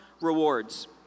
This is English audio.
rewards